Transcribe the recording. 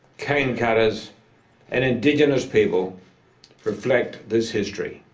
cane cutters and indigenous people reflect this history.